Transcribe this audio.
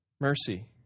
mercy